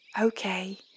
Okay